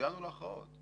הגענו להכרעות.